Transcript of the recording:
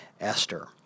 Esther